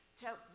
tell